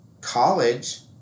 college